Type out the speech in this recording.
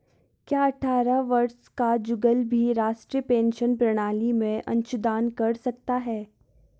क्या अट्ठारह वर्ष का जुगल भी राष्ट्रीय पेंशन प्रणाली में अंशदान कर सकता है?